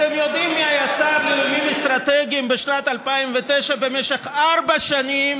אתם יודעים מי היה השר לאיומים אסטרטגיים בשנת 2009 במשך ארבע שנים